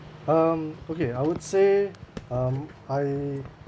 um okay I would say um I